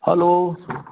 hello